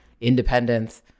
independence